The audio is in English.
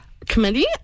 committee